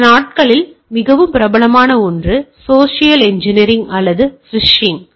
இந்த நாட்களில் மிகவும் பிரபலமான ஒன்று சோசியல் எஞ்சினியரிங் அல்லது ஃபிஷிங்